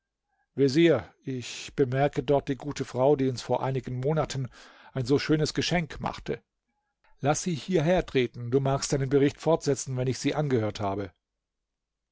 vezier ich bemerke dort die gute frau die uns vor einigen monaten ein so schönes geschenk machte laß sie hierher treten du magst deinen bericht fortsetzen wenn ich sie angehört habe